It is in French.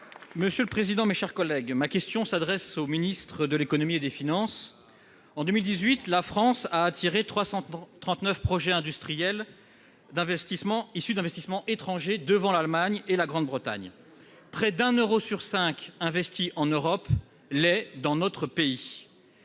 Monsieur le président, mes chers collègues, ma question s'adresse à M. le ministre de l'économie et des finances. En 2018, la France a attiré 339 projets industriels issus d'investissements étrangers, ce qui la place, en la matière, devant l'Allemagne et le Royaume-Uni. Près d'un euro sur cinq investis en Europe l'est dans notre pays